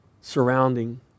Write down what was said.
surrounding